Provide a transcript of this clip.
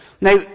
Now